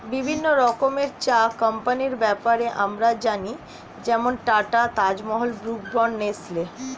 বিভিন্ন রকমের চা কোম্পানির ব্যাপারে আমরা জানি যেমন Tata, Taj Mahal, Brooke Bond, Nestle